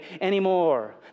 anymore